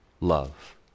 love